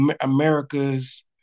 America's